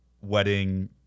wedding